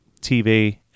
TV